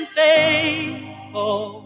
faithful